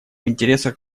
интересах